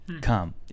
come